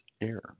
air